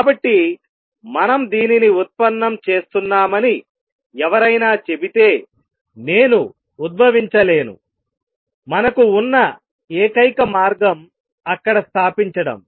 కాబట్టి మనం దీనిని ఉత్పన్నం చేస్తున్నామని ఎవరైనా చెబితే నేను ఉద్భవించలేనుమనకు ఉన్నఏకైక మార్గం అక్కడ స్థాపించడం